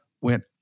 went